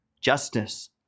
Justice